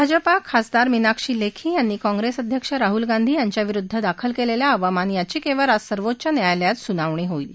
भाजपा खासदार मिनाक्षी लेखी यांनी काँप्रेस अध्यक्ष राहूल गांधी यांच्याविरुद्ध दाखल केलेल्या अवमान याचिकेवर आज सर्वोच्च न्यायालयात सुनावणी होईल